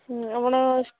ହୁଁ ଆପଣ